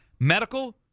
medical